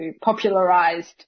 popularized